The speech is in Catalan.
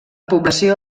població